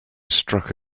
struck